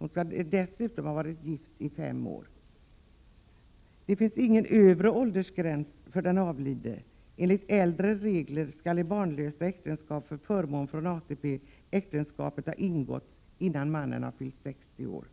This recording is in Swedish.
och dessutom ha varit gift i fem år för att få folkpensionsförmånen. Det finns ingen övre åldersgräns för den avlidne. Enligt äldre regler skall det barnlösa äktenskapet, för att änkan skall vara berättigad till förmån från ATP, ha ingåtts innan mannen har fyllt 60 år.